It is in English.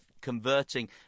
converting